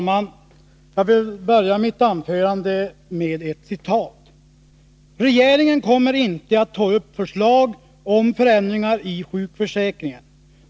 Fru talman! Jag vill börja mitt anförande med ett citat: ”Regeringen kommer inte att ta upp förslag om förändringar i sjukförsäkringen.